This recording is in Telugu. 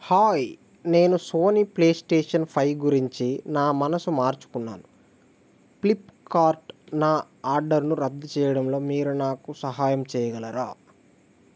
హాయ్ నేను సోనీ ప్లే స్టేషన్ ఫైవ్ గురించి నా మనసు మార్చుకున్నాను ఫ్లిప్కార్ట్ నా ఆర్డర్ను రద్దు చేయడంలో మీరు నాకు సహాయం చేయగలరా